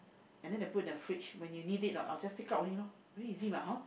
and then they put the fridge when you need it ah just take out only lor very easy mah hor